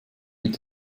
mit